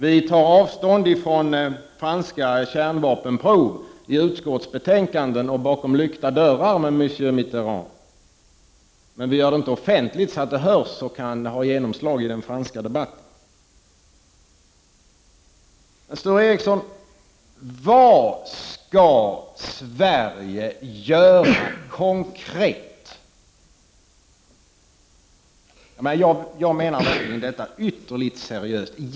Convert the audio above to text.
Vi tar avstånd från franska kärnvapenprov i utskottsbetänkanden och bakom lyckta dörrar med Frangois Mitterand, men vi gör det inte offentligt så att det hörs och kan få genomslag i den franska debatten. Sture Ericson, vad skall Sverige konkret göra? Jag är seriös i fråga om detta.